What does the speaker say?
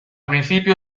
principio